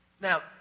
Now